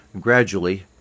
gradually